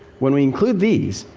when we include these,